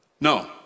No